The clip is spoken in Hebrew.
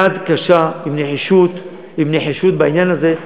יד קשה עם נחישות בעניין הזה.